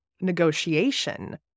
negotiation